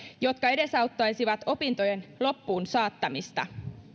jotka edesauttaisivat opintojen loppuunsaattamista